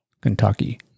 Kentucky